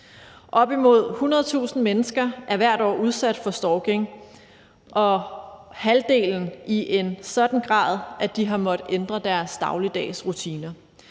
Op imod 100.000 mennesker er hvert år udsat for stalking, og halvdelen i en sådan grad, at de har måttet ændre deres dagligdags rutiner.